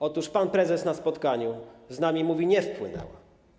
Otóż pan prezes na spotkaniu z nami mówi: nie wpłynęła.